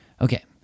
Okay